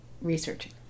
researching